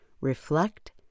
reflect